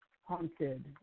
Haunted